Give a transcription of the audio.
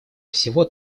всего